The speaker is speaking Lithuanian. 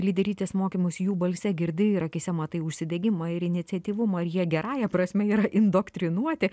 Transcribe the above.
lyderystės mokymus jų balse girdi ir akyse matai užsidegimą ir iniciatyvumą ir jie gerąja prasme yra indoktrinuoti